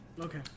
Okay